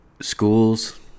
schools